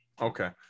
okay